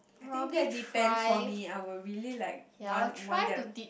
I think that depends for me I will really like want want them